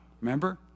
remember